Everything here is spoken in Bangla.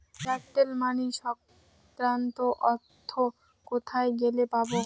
এয়ারটেল মানি সংক্রান্ত তথ্য কোথায় গেলে পাব?